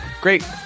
great